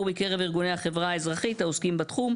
מקרב ארגוני החברה האזרחית העוסקים בתחום,